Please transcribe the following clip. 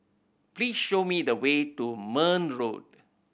please show me the way to Marne Road